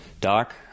Doc